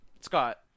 Scott